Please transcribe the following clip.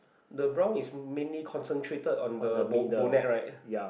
the brown is mainly concentrated on the bo~ bonnet right